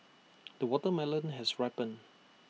the watermelon has ripened